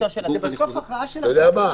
בסוף זה הכרעה של הוועדה.